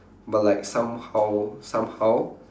but like somehow somehow